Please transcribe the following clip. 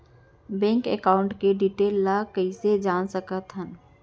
Bank account के detail ल कइसे जान सकथन?